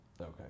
Okay